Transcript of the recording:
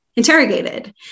interrogated